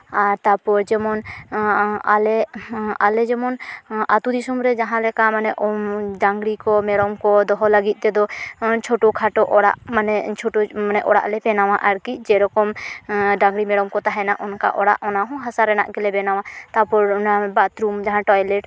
ᱟᱨ ᱛᱟᱯᱚᱨᱮ ᱡᱮᱢᱚᱱ ᱟᱞᱮ ᱟᱞᱮ ᱡᱮᱢᱚᱱ ᱟᱹᱛᱩ ᱫᱤᱥᱚᱢ ᱨᱮ ᱡᱟᱦᱟᱸᱞᱮᱠᱟ ᱢᱟᱱᱮ ᱰᱟᱹᱝᱨᱤ ᱠᱚ ᱢᱮᱨᱚᱢ ᱠᱚ ᱫᱚᱦᱚ ᱞᱟᱹᱜᱤᱫ ᱛᱮᱫᱚ ᱪᱷᱳᱴᱳᱼᱠᱷᱟᱴᱳ ᱚᱲᱟᱜ ᱢᱟᱱᱮ ᱪᱷᱳᱴᱳ ᱚᱲᱟᱜ ᱞᱮ ᱵᱮᱱᱟᱣᱟ ᱟᱨᱠᱤ ᱡᱮᱨᱚᱠᱚᱢ ᱰᱟᱹᱝᱨᱤ ᱢᱮᱨᱚᱢ ᱠᱚ ᱛᱟᱦᱮᱱᱟ ᱚᱱᱠᱟ ᱚᱲᱟᱜ ᱚᱱᱟ ᱦᱚᱸ ᱦᱟᱥᱟ ᱨᱮᱱᱟᱜ ᱜᱮ ᱞᱮ ᱵᱮᱱᱟᱣᱟ ᱛᱟᱯᱚᱨ ᱚᱱᱟ ᱵᱟᱛᱷᱨᱩᱢ ᱡᱟᱦᱟᱸ ᱴᱚᱭᱞᱮᱴ